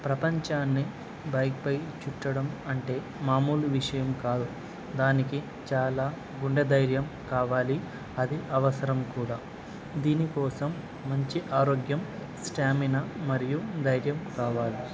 ప్రపంచాన్ని బైక్పై చుట్టడం అంటే మామూలు విషయం కాదు దానికి చాలా గుండెధైర్యం కావాలి అది అవసరం కూడా దీనికోసం మంచి ఆరోగ్యం స్టామినా మరియు ధైర్యం కావాలి